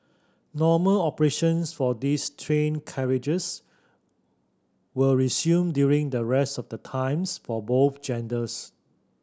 normal operations for these train carriages will resume during the rest of the times for both genders